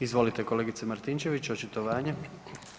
Izvolite kolegice Martinčević, očitovanje.